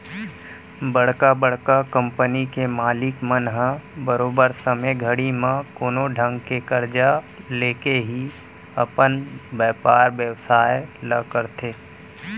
बड़का बड़का कंपनी के मालिक मन ह बरोबर समे घड़ी म कोनो ढंग के करजा लेके ही अपन बयपार बेवसाय ल करथे